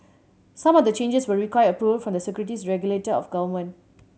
some of the changes will require approval from the securities regulator of government